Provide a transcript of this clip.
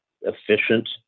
efficient